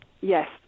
yes